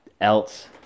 else